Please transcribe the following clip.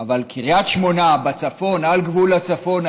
קריית שמונה היא בצפון, על גבול הצפון.